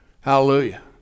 Hallelujah